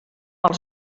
als